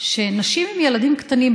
שנשים עם ילדים קטנים,